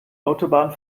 autobahn